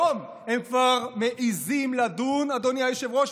אדוני היושב-ראש,